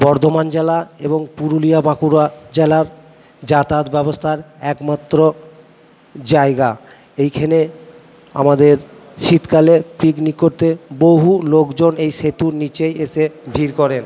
বর্ধমান জেলা এবং পুরুলিয়া বাঁকুড়া জেলার যাতায়াত ব্যবস্থার একমাত্র জায়গা এইখানে আমাদের শীতকালে পিকনিক করতে বহু লোকজন এই সেতুর নীচেই এসে ভিড় করেন